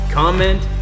comment